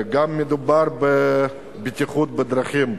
גם מדובר בבטיחות בדרכים.